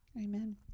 amen